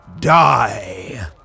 die